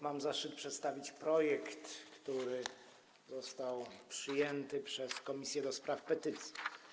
Mam zaszczyt przedstawić projekt, który został przyjęty przez Komisję do Spraw Petycji.